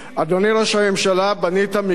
בנית מגדל של קלפים,